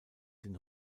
den